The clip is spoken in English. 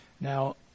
Now